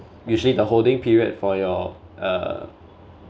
usually the holding period for your uh